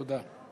תודה.